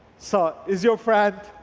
so is your friend,